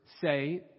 say